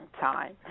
time